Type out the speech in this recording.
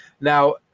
Now